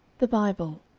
the bible,